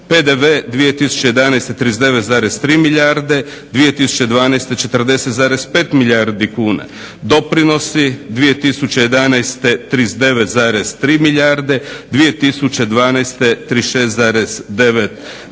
PDV 2011. 39,3 milijarde, 2012. 40,5 milijardi kuna. Doprinosi 2011. 39,3 milijarde, 2012. 36,9 milijardi.